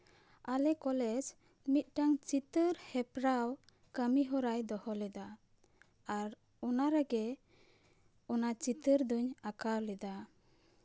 ᱟᱞᱮ ᱠᱚᱞᱮᱡᱽ ᱢᱤᱫᱴᱟᱝ ᱪᱤᱛᱟᱹᱨ ᱦᱮᱯᱨᱟᱣ ᱠᱟᱹᱢᱤ ᱦᱚᱨᱟᱭ ᱫᱚᱦᱚ ᱞᱮᱫᱟ ᱟᱨ ᱚᱱᱟ ᱨᱮᱜᱮ ᱚᱱᱟ ᱪᱤᱛᱟᱹᱨ ᱫᱩᱧ ᱟᱸᱠᱟᱣ ᱞᱮᱫᱟ